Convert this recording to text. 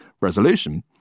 resolution